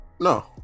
no